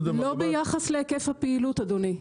לא ביחס להיקף הפעילות, אדוני.